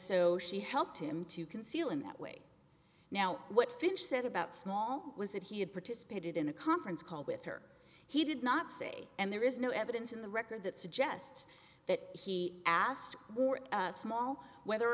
so she helped him to conceal him that way now what finch said about small was that he had participated in a conference call with her he did not say and there is no evidence in the record that suggests that he asked or small whether